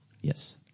Yes